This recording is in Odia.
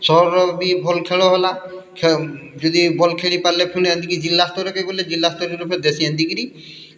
ସହର ବି ଭଲ୍ ଖେଳ ହେଲା ଯଦି ଭଲ ଖେଳିପାରିଲେ ଫୁଣି ଜିଲ୍ଲା ସ୍ତରୀୟ କେ ଗଲେ ଜିଲ୍ଲା ସ୍ତରୀୟ ରେ ଫୁଣି ଦେଶି ଏନ୍ତିକିରି